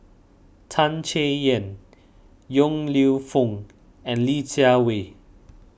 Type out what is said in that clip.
Tan Chay Yan Yong Lew Foong and Li Jiawei